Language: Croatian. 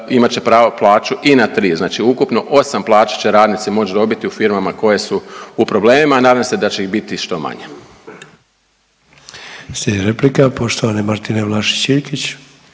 imat će pravo plaću i na 3, znači ukupno 8 plaća će radnici moći dobiti u firmama koje su u problemima i nadam se da će ih biti što manje.